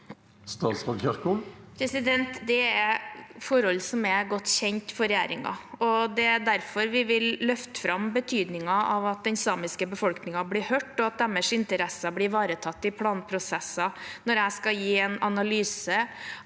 Ingvild Kjerkol Det er forhold som er godt kjent for regjeringen. Det er derfor vi vil løfte fram betydningen av at den samiske befolkningen blir hørt, og at deres interesser blir ivaretatt i planprosesser, når jeg i arbeidet med